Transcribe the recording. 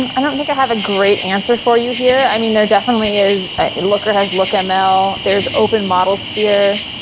i don't think i have a great answer for you here. i mean, there definitely is ah looker has lookml, there's open model sphere.